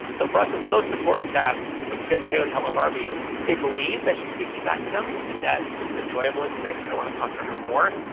so for us it's most important that when kids play with hello barbie they believe that she's speaking back to them and that it's an enjoyable experience and they want to talk to her more.